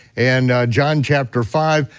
and john chapter five,